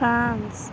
France